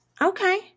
Okay